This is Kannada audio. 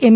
ಎಂ